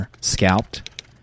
scalped